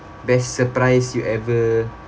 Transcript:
best surprise you ever